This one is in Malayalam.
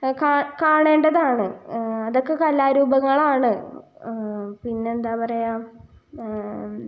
കാണേണ്ടതാണ് അതൊക്കെ കലാരൂപങ്ങളാണ് പിന്നെ എന്താണ് പറയുക